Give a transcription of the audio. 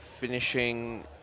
finishing